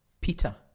Peter